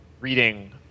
reading